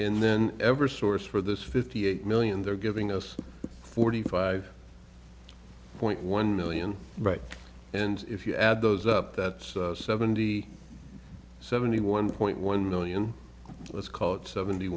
and then ever source for this fifty eight million they're giving us forty five point one million right and if you add those up that's seventy seventy one point one million let's call it seventy